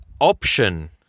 option